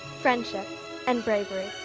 friendship and bravery.